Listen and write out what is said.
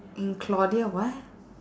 in claudia what